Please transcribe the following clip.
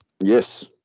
Yes